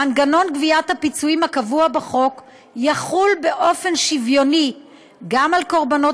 מנגנון גביית הפיצויים הקבוע בחוק יחול באופן שוויוני גם על קורבנות